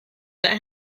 that